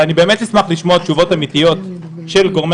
אני אשמח לשמוע תשובות אמיתיות של גורמי